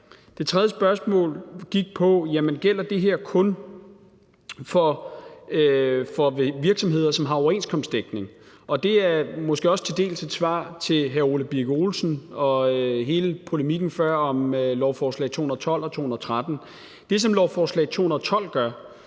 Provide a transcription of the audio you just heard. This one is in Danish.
Det tredje spørgsmål gik på, at jamen gælder det her kun for virksomheder, som har overenskomstdækning. Det er måske også til dels et svar til hr. Ole Birk Olesen og til hele polemikken før om lovforslag 212 og 213. Det, som lovforslag 212 gør,